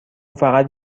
فقط